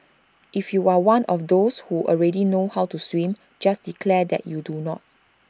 if you are one of those who already know how to swim just declare that you do not